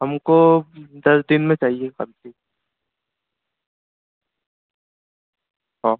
हमको दस दिन में चाहिए कंप्लीट हाँ